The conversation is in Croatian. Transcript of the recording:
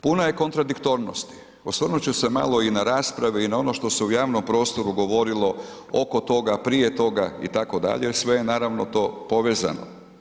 Puno je kontradiktornosti, osvrnut ću se malo i na raspravi i na ono što se u javnom prostoru govorilo oko toga, prije toga itd., sve je naravno to povezano.